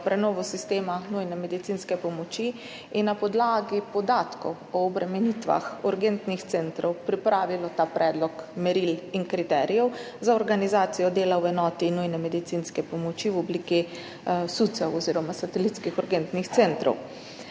prenovo sistema nujne medicinske pomoči in na podlagi podatkov o obremenitvah urgentnih centrov pripravilo ta predlog meril in kriterijev za organizacijo dela v enoti nujne medicinske pomoči v obliki SUC-ev oziroma satelitskih urgentnih centrov.